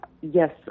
yes